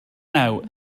nawr